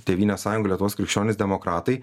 tėvynės sąjunga lietuvos krikščionys demokratai